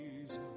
Jesus